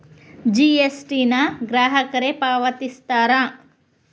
GST ನ ಗ್ರಾಹಕರೇ ಪಾವತಿಸ್ತಾರಾ